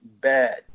bad